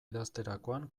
idazterakoan